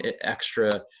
extra